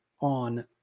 on